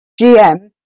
GM